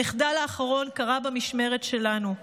המחדל האחרון קרה במשמרת שלנו.